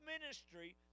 ministry